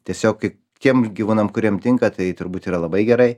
tiesiog kai tiems gyvūnam kuriem tinka tai turbūt yra labai gerai